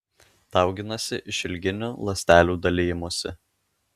dauginasi išilginiu ląstelių dalijimusi